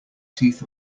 teeth